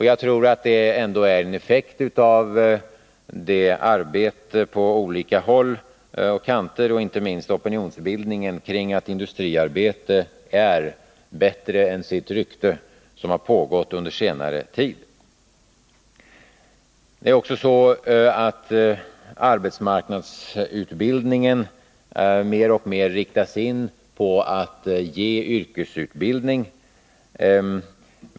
Jag tror att det resultatet ändå är en effekt av det arbete på olika håll och kanter — och inte minst opinionsbildningen kring temat att industriarbete är bättre än sitt rykte — som har pågått under senare tid. Det är också så att arbetsmarknadsutbildningen mer och mer riktas in på att ge yrkesutbildning.